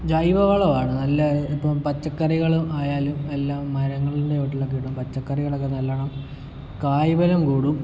ജൈവവളമാണ് നല്ല ഇപ്പം പച്ചക്കറികൾ ആയാലും എല്ലാം മരങ്ങളുടെ ചുവട്ടിലൊക്കെ ഇടാം പച്ചക്കറികളൊക്കെ നല്ലവണ്ണം കായ്ഫലം കൂടും